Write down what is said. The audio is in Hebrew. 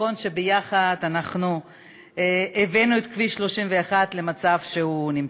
נכון שיחד אנחנו הבאנו את כביש 31 למצב שהוא נמצא.